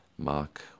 Mark